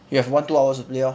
you have one two hours to play lor